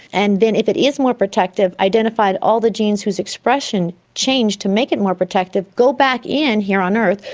and then if it is more protective identify all the genes whose expression changed to make it more protective, go back in here on earth,